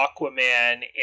Aquaman